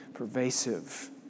pervasive